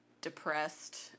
depressed